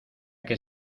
que